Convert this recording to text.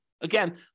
Again